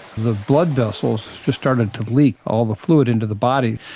the blood vessels just started to leak all the fluid into the body.